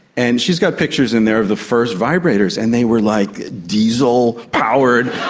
and she's got pictures in there of the first vibrators, and they were like diesel powered,